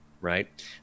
right